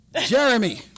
Jeremy